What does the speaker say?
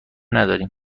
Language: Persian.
نداریم